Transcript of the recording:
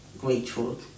grateful